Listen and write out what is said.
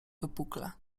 wypukle